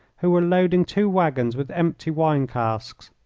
who were loading two waggons with empty wine-casks.